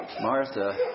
Martha